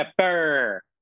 pepper